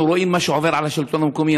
אנחנו רואים מה שעובר על השלטון המקומי.